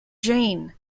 jayne